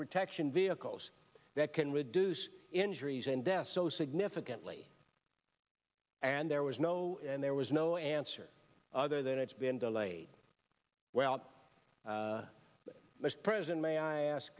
protection vehicles that can reduce injuries and deaths so significantly and there was no and there was no answer other than it's been delayed well the president may i ask